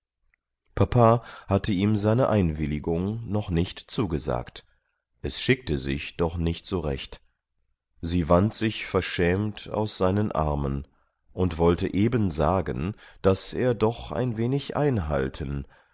papa hatte ihm seine einwilligung noch nicht zugesagt es schickte sich doch nicht so recht sie wand sich verschämt aus seinen armen und wollte eben sagen daß er doch ein wenig einhalten da